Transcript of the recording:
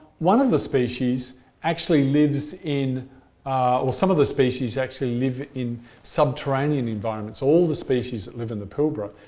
one of the species actually lives in or some of the species actually live in subterranean environments. all the species that live in the pilbara,